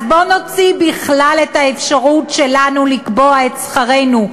אז בואו נוציא בכלל את האפשרות שלנו לקבוע את שכרנו,